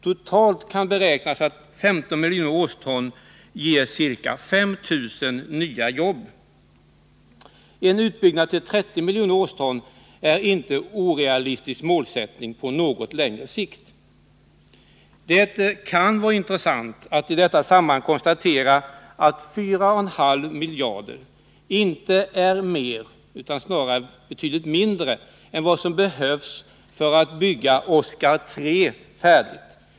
Totalt beräknas 15 miljoner årston torv ge ca 5 000 nya jobb. En utbyggnad till 30 miljoner årston är inte en orealistisk målsättning på något längre sikt. Det kan vara intressant i detta sammanhang att konstatera att 4,5 miljarder inte är mer, utan snarare betydligt mindre, än vad som behövs för att bygga Oskar 3 färdigt.